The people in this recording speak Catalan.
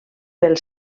pel